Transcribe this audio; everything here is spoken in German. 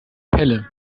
pelle